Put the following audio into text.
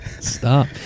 stop